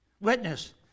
Witness